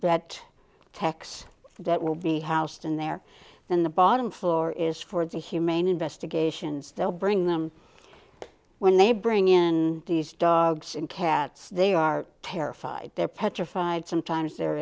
that techs that will be housed in there then the bottom floor is for the humane investigations they'll bring them when they bring in these dogs and cats they are terrified they're petrified sometimes they're